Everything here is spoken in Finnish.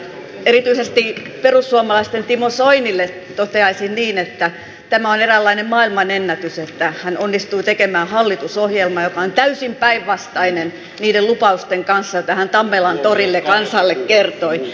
erityisesti perussuomalaisten timo soinille toteaisin niin että tämä on eräänlainen maailmanennätys että hän onnistui tekemään hallitusohjelman joka on täysin päinvastainen niiden lupausten kanssa joita hän tammelan torilla kansalle kertoi